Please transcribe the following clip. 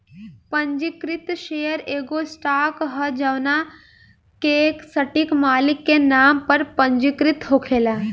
पंजीकृत शेयर एगो स्टॉक ह जवना के सटीक मालिक के नाम पर पंजीकृत होखेला